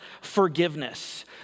forgiveness